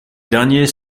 derniers